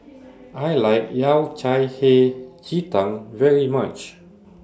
I like Yao Cai Hei Ji Tang very much